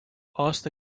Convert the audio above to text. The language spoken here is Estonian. aasta